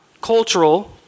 cultural